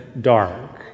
dark